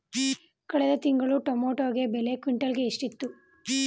ಕಳೆದ ತಿಂಗಳು ಟೊಮ್ಯಾಟೋ ಬೆಲೆ ಕ್ವಿಂಟಾಲ್ ಗೆ ಎಷ್ಟಿತ್ತು?